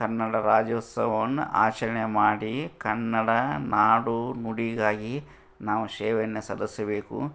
ಕನ್ನಡ ರಾಜ್ಯೋತ್ಸವವನ್ನು ಆಚರಣೆ ಮಾಡಿ ಕನ್ನಡ ನಾಡು ನುಡಿಗಾಗಿ ನಾವು ಸೇವೆಯನ್ನ ಸಲ್ಲಿಸಬೇಕು